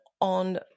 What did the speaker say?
on